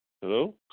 Hello